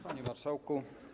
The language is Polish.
Panie Marszałku!